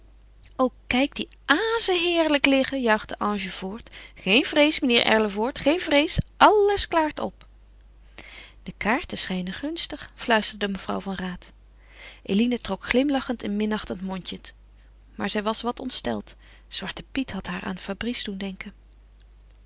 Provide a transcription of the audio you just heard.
o kijk die azen heerlijk liggen juichte ange voort geen vrees meneer erlevoort geen vrees alles klaart op de kaarten schijnen gunstig fluisterde mevrouw van raat eline trok glimlachend een minachtend mondje maar zij was wat ontsteld zwarte piet had haar aan fabrice doen denken